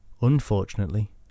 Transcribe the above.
Unfortunately